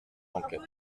d’enquête